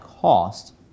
cost